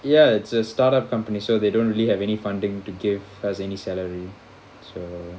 ya it's a start up company so they don't really have any funding to give as any salary so